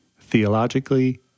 theologically